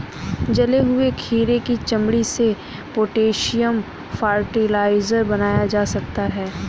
जले हुए खीरे की चमड़ी से पोटेशियम फ़र्टिलाइज़र बनाया जा सकता है